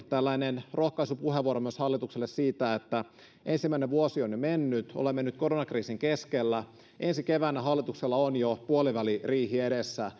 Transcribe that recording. tällainen opposition rohkaisupuheenvuoro myös hallitukselle siitä että kun ensimmäinen vuosi on jo mennyt olemme nyt koronakriisin keskellä ensi keväänä hallituksella on jo puoliväliriihi edessä